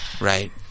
right